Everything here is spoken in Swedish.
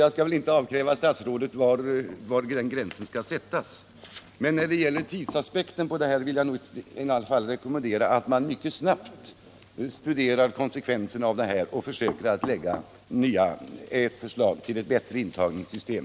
Jag skall väl inte nu avkräva statsrådet besked om var denna gräns skall sättas, men när det gäller tidsaspekten vill jag i alla fall rekommendera att man mycket snabbt studerar kon sekvenserna av den nuvarande ordningen och försöker lägga fram förslag till ett bättre intagningssystem.